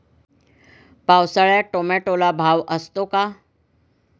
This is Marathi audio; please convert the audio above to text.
पावसाळ्यात टोमॅटोला भाव असतो का?